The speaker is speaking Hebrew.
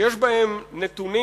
שיש בהם נתונים